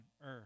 earth